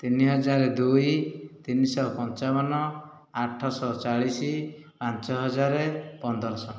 ତିନି ହଜାର ଦୁଇ ତିନି ଶହ ପଞ୍ଚାବନ ଆଠ ଶହ ଚାଳିଶ ପାଞ୍ଚ ହଜାର ପନ୍ଦର ଶହ